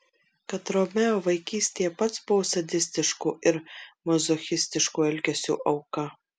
kad romeo vaikystėje pats buvo sadistiško ir mazochistiško elgesio auka